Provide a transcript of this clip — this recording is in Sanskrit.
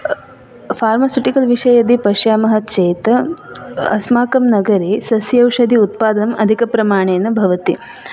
पार्मसितिकल् विषये यदि पश्यामः चेत् अस्माकं नगरे सस्यौषधि उत्पादनं अधिकप्रमाणेन भवति